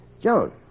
Joan